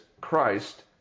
Christ